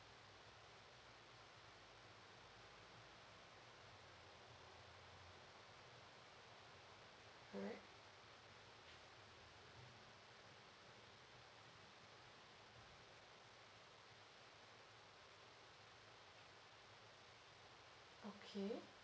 alright okay